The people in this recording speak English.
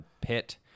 pit